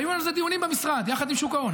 והיו על זה דיונים במשרד יחד עם שוק ההון,